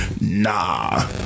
Nah